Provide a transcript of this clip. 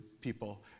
people